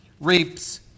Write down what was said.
reaps